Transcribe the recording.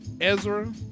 Ezra